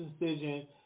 decision